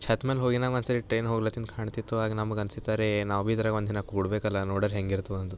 ಛತ್ತು ಮೇಲೆ ಹೋಗಿದ್ದಾಗ ಒಂದುಸರಿ ಟ್ರೈನ್ ಹೋಗ್ಲತಿದ್ದು ಕಾಣ್ತಿತ್ತು ಆಗ ನಮ್ಗೆ ಅನಿಸಿತ್ತು ಅರೇ ನಾವು ಭೀ ಇದ್ರಾಗೆ ಒಂದಿನ ಕೂಡಬೇಕಲ್ಲ ನೋಡರೆ ಹೆಂಗಿರ್ತವಂತೆ